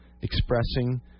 expressing